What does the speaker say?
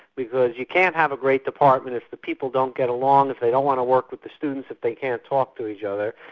because you can't have a great department if the people don't get along, if they don't want to work with the students, if they can't talk to each other.